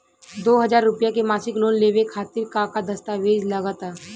दो हज़ार रुपया के मासिक लोन लेवे खातिर का का दस्तावेजऽ लग त?